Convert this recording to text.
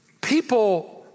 people